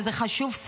שזה חשוב,